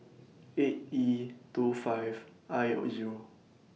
eight E two five I Zero